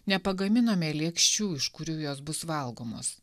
nepagaminome lėkščių iš kurių jos bus valgomos